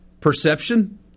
perception